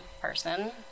person